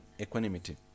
equanimity